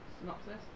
Synopsis